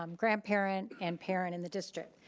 um grandparent, and parent in the district.